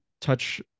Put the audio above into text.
touch